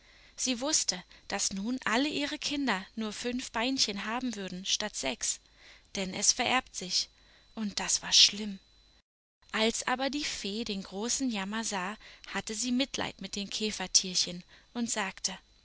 sie wußte daß nun alle ihre kinder nur fünf beinchen haben würden statt sechs denn es vererbt sich und das war schlimm als aber die fee den großen jammer sah hatte sie mitleid mit den käfertierchen und sagte